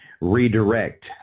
redirect